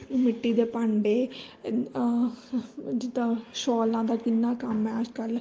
ਮਿੱਟੀ ਦੇ ਭਾਂਡੇ ਅ ਅਹ ਜਿੱਦਾਂ ਸ਼ੋਲਾਂ ਦਾ ਕਿੰਨਾ ਕੰਮ ਹੈ ਅੱਜ ਕੱਲ੍ਹ